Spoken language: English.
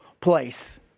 place